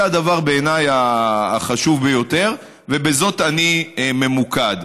בעיניי זה הדבר החשוב ביותר, ובזאת אני ממוקד.